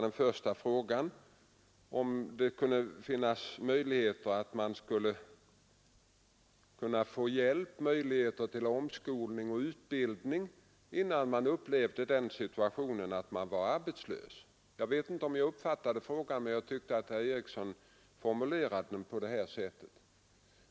Den första frågan var om det fanns möjligheter att få hjälp med omskolning och utbildning, innan man var arbetslös. Jag vet inte om jag uppfattat frågan rätt, men jag tyckte att herr Eriksson formulerade den på detta sätt.